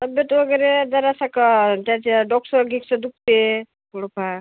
तब्येत वगैरे जरासा कं त्याच्या डोक्सं गिक्सं दुखते थोडंफार